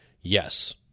Yes